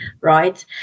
right